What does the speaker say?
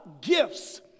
gifts